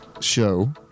show